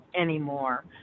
anymore